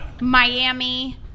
Miami